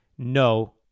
no